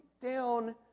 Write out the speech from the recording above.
down